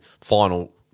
final